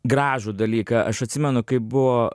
gražų dalyką aš atsimenu kaip buvo